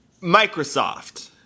Microsoft